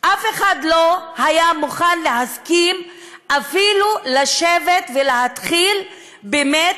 אף אחד לא היה מוכן להסכים אפילו לשבת ולהתחיל באמת